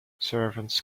servants